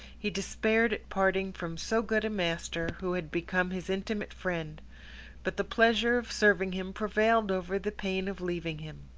he despaired at parting from so good a master, who had become his intimate friend but the pleasure of serving him prevailed over the pain of leaving him.